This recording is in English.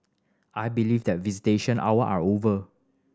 I believe that visitation hour are over